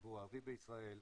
לציבור הערבי בישראל.